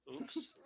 Oops